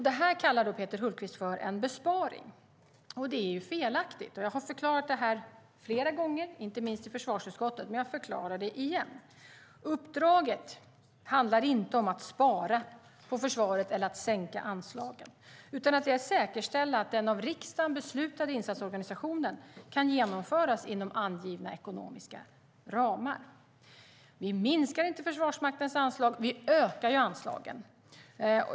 Detta kallar Peter Hultqvist en besparing, och det är felaktigt. Jag har förklarat det flera gånger, inte minst i försvarsutskottet, men jag förklarar det igen. Uppdraget handlar inte om att spara på försvaret eller att sänka anslagen, utan det handlar om att säkerställa att den av riksdagen beslutade insatsorganisationen kan genomföras inom angivna ekonomiska ramar. Vi minskar inte Försvarsmaktens anslag; vi ökar anslagen.